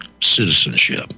citizenship